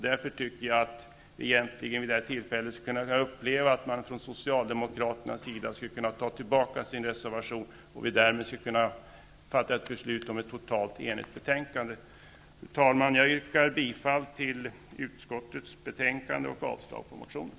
Därför tycker jag att man egentligen vid det här tillfället borde ha fått uppleva att socialdemokraterna dragit tillbaka sin reservation, så att vi därefter hade kunnat fatta beslut på grundval av ett totalt enigt betänkande. Fru talman! Jag yrkar bifall till utskottets hemställan och avslag på motionen.